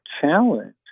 challenge